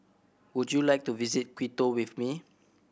would you like to visit Quito with me